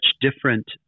different